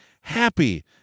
happy